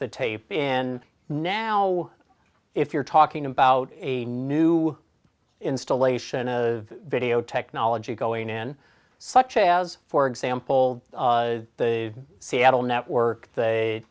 the tape in now if you're talking about a new installation a video technology going in such as for example the seattle network